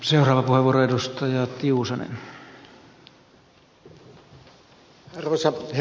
arvoisa herra puhemies